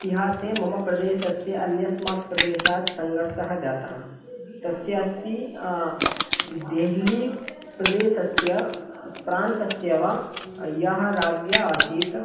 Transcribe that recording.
इतिहासे मम प्रदेशस्य अन्यस्मात् प्रदेशात् संघर्षः जातः तस्य अस्ति देहलीप्रदेशस्य प्रान्तस्य वा यः राजा आसीत्